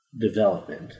development